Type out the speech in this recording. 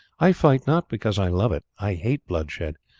i fight not because i love it. i hate bloodshed,